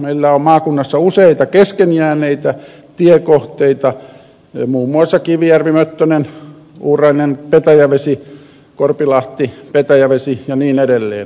meillä on maakunnassa useita kesken jääneitä tiekohteita muun muassa kivijärvimöttönen uurainenpetäjävesi korpilahtipetäjävesi ja niin edelleen